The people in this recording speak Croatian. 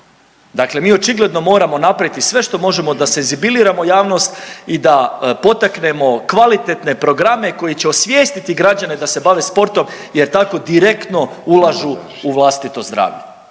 Dakle, mi očigledno moramo napraviti sve što možemo da senzibiliziramo javnost i da potaknemo kvalitetne programe koji će osvijestiti građane da se bave sportom jer tako direktno ulažu u vlastito zdravlje.